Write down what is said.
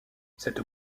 cette